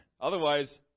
Otherwise